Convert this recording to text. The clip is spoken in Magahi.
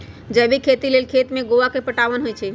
जैविक खेती लेल खेत में गोआ के पटाओंन होई छै